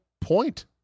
point